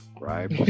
right